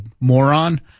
moron